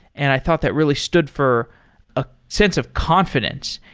and i thought that really stood for a sense of confidence,